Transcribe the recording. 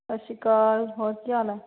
ਸਤਿ ਸ਼੍ਰੀ ਅਕਾਲ ਹੋਰ ਕੀ ਹਾਲ ਹੈ